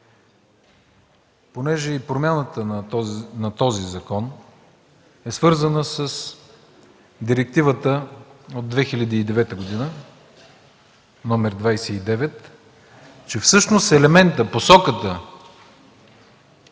понеже и промяната на този закон е свързана с Директивата от 2009 г. № 29, че всъщност елементът, посоката